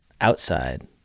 outside